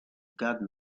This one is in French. garde